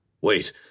Wait